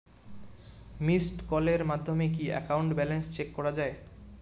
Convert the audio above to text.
Missed কলের মাধ্যমে কি একাউন্ট ব্যালেন্স চেক করা যায়?